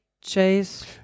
chase